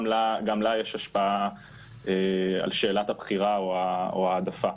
גם לה יש השפעה על שאלת הבחירה או ההעדפה.